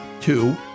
Two